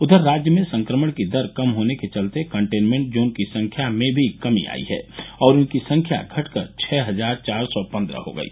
उधर राज्य में संक्रमण की दर कम होने के चलते कंटेनमेंट जोन की संख्या में भी कमी आई है और इनकी संख्या घटकर छ हजार चार सौ पन्द्रह हो गई